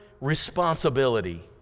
responsibility